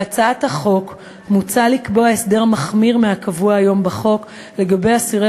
בהצעת החוק מוצע לקבוע הסדר מחמיר מהקבוע היום בחוק לגבי אסירי